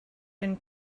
been